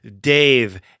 Dave